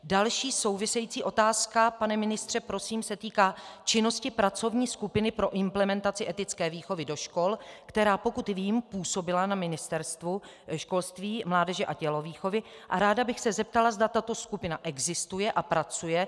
Další související otázka, pane ministře, prosím, se týká činnosti pracovní skupiny pro implementaci etické výchovy do škol, která, pokud vím, působila na Ministerstvu školství, mládeže a tělovýchovy, a ráda bych se zeptala, zda tato skupina existuje a pracuje.